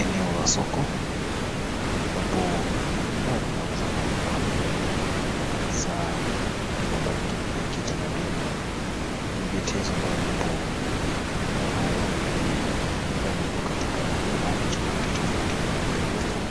Eneo la soko ambapo bidhaa vinauzwa mbalimbali. Saa kile ambapo ni kwa kitamaduni. Kuna vyetezo ambao vipo maeneo hayo ambavyo vipo katika rangi tofauti tofauti vyenye kupendeza.